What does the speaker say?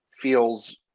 feels